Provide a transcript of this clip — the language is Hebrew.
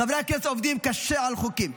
חברי הכנסת עובדים קשה על חוקים.